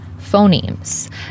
phonemes